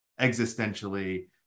existentially